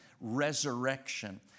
resurrection